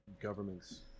governments